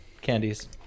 candies